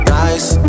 nice